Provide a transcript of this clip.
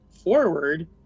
forward